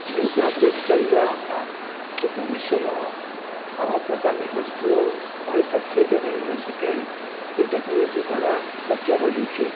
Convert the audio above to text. જેવી રીતે આપણે વિચારી રહ્યા હતા કે ભવિષ્યમાં આવા પ્રકારની વસ્તુઓ હોઇ શકશે કે નહીં હોઇ શકે એ ટેક્નોલૉજી દ્વારા શક્ય બન્યું છે